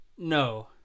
No